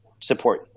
support